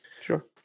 Sure